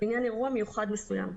לעניין אירוע מיוחד מסוים.